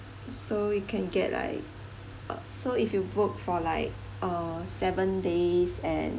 so you can get like uh so if you book for like uh seven days and